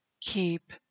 keep